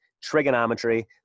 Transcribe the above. trigonometry